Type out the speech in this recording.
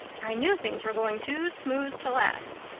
i knew things were going too smooth to last.